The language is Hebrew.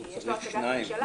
כי יש לו הצגת ממשלה.